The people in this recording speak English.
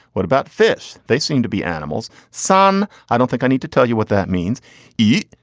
what about fish? they seem to be animals. son, i don't think i need to tell you what that means eat.